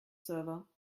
server